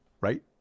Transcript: right